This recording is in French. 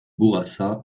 bourassa